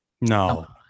no